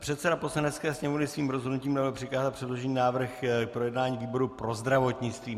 Předseda Poslanecké sněmovny svým rozhodnutím navrhl přikázat předložený návrh k projednání výboru pro zdravotnictví.